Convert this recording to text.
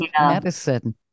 medicine